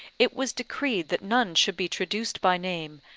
it was decreed that none should be traduced by name,